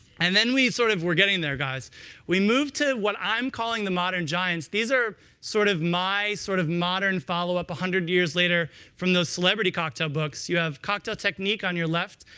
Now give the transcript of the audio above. and then we sort of we're getting there, guys we move to what i'm calling the modern giants. these are sort of my sort of modern follow-up one hundred years later from those celebrity cocktail books. you have cocktail technique on your left,